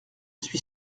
suis